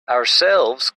ourselves